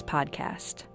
Podcast